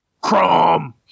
Crom